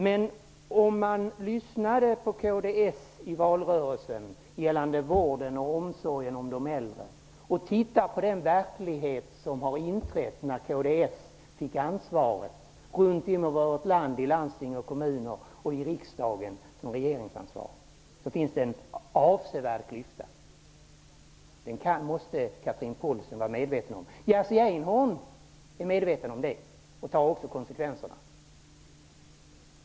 Men om man lyssnade på kds i valrörelsen när det gällde frågan om vården och omsorgen om de äldre och ser på den verklighet som inträdde när kds fick ansvaret i landsting och kommuner runt om i landet och i riksdag och regering, finns det en avsevärd klyfta. Den måste Chatrine Pålsson vara medveten om. Jerzy Einhorn är medveten om den och tar konsekvenserna.